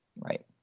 right